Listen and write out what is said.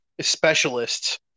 specialists